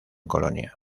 colonia